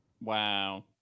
Wow